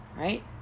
right